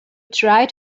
try